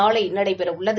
நாளை நடைபெறவுள்ளது